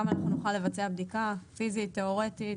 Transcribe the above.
אנחנו נוכל לבצע בדיקה פיזית ותיאורטית,